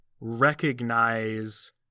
recognize